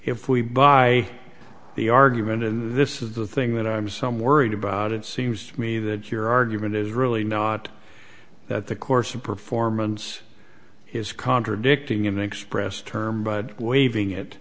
if we buy the argument and this is the thing that i'm some worried about it seems to me that your argument is really not that the course of performance is contradicting an expressed term but waving it